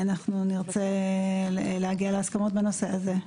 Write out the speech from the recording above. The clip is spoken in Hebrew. נרצה להגיע להסכמות בנושא הזה.